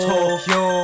Tokyo